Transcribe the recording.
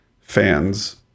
fans